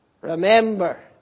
Remember